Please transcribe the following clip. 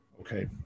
Okay